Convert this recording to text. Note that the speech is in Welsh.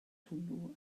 hwnnw